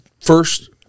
first